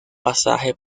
pasaje